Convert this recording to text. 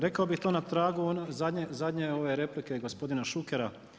Rekao bih to na tragu zadnje ove replike gospodina Šukera.